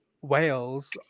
Wales